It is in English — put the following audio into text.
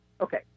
okay